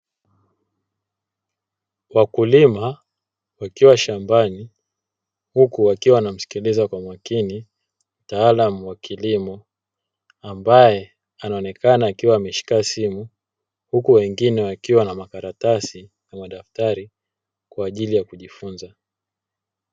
Wakulima wakiwa shambani huku wakiwa wanamsikiliza kwa makini mtaalamu wa kilimo ambaye anaonekana akiwa ameshika simu huku wengine wakiwa na makaratasi na madaftari kwaajili ya kujifunza.